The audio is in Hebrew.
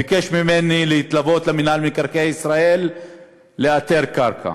והוא ביקש ממני להתלוות למינהל מקרקעי ישראל לאתר קרקע